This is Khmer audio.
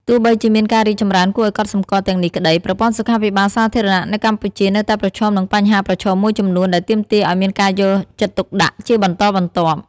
ទោះបីជាមានការរីកចម្រើនគួរឱ្យកត់សម្គាល់ទាំងនេះក្ដី ប្រព័ន្ធសុខាភិបាលសាធារណៈនៅកម្ពុជានៅតែប្រឈមនឹងបញ្ហាប្រឈមមួយចំនួនដែលទាមទារឱ្យមានការយកចិត្តទុកដាក់ជាបន្តបន្ទាប់។